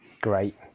Great